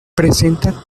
presenta